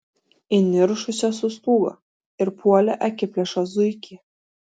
įniršusios sustūgo ir puolė akiplėšą zuikį